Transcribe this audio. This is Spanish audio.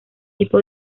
tipo